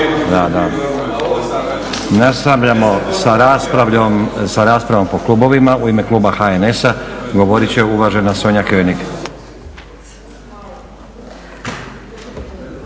(SDP)** Nastavljamo sa raspravom po klubovima. U ime kluba HNS-a govorit će uvažena Sonja König.